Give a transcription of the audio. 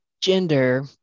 gender